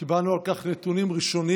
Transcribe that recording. קיבלנו על כך נתונים ראשוניים,